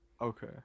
Okay